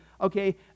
okay